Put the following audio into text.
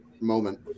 moment